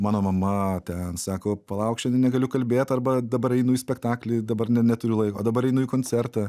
mano mama ten sako palauk šiandien negaliu kalbėt arba dabar einu į spektaklį dabar ne neturiu laiko dabar einu į koncertą